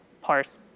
parse